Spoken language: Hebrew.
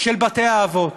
של בתי-האבות.